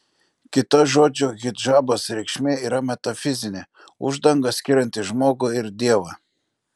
kita žodžio hidžabas reikšmė yra metafizinė uždanga skirianti žmogų ir dievą